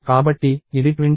కాబట్టి ఇది 25 అవుతుంది